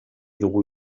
dugu